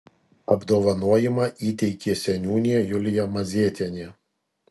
apdovanojimą įteikė seniūnė julija mazėtienė